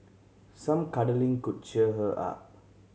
some cuddling could cheer her up